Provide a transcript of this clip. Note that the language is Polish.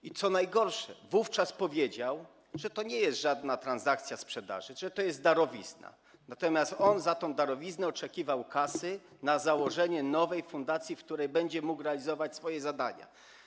I co najgorsze, wówczas powiedział, że to nie jest żadna transakcja sprzedaży, że to jest darowizna i on za tę darowiznę oczekiwał kasy na założenie nowej fundacji, w której będzie mógł realizować swoje zadania.